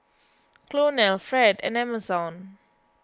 Colonel Fred and Emerson